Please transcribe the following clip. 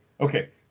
Okay